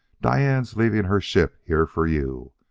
diane's leaving her ship here for you.